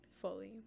fully